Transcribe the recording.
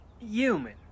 Human